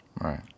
Right